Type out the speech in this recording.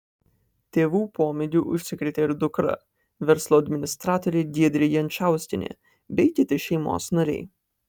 tėvų pomėgiu užsikrėtė ir dukra verslo administratorė giedrė jančauskienė bei kiti šeimos nariai